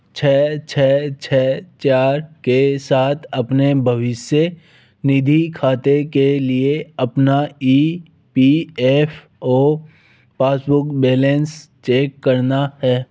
छ छ छ चार के साथ अपने भविष्य निधि खाते के लिए अपना E P F O passbook balance check करना है